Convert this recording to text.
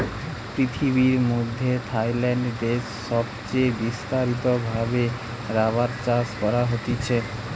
পৃথিবীর মধ্যে থাইল্যান্ড দেশে সবচে বিস্তারিত ভাবে রাবার চাষ করা হতিছে